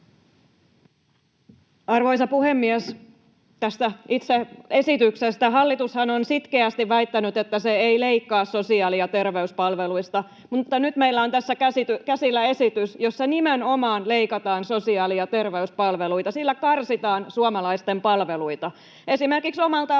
Arvoisa puhemies! Tästä itse esityksestä: Hallitushan on sitkeästi väittänyt, että se ei leikkaa sosiaali- ja terveyspalveluista, mutta nyt meillä on tässä käsillä esitys, jossa nimenomaan leikataan sosiaali- ja terveyspalveluita. Sillä karsitaan suomalaisten palveluita. Esimerkiksi omalta alueeltani